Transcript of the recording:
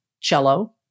cello